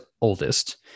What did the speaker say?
oldest